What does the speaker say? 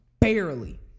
Barely